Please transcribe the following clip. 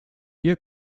ihr